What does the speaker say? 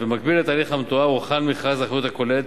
במקביל לתהליך המתואר הוכן מכרז האחריות הכוללת,